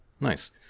Nice